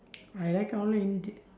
I like all the indian